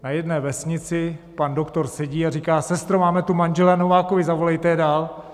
Na jedné vesnici pan doktor sedí a říká: Sestro, máme tu manžele Novákovy, zavolejte je dál!